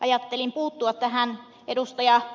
ajattelin puuttua tähän ed